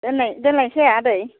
दोनलायनोसै आदै